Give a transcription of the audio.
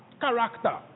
Character